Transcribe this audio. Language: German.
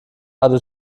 alle